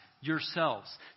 yourselves